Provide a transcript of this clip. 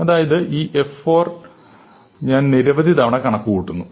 അതായത് ഈ f 4 ഞാൻ നിരവധി തവണ കണക്കുകൂട്ടുന്നു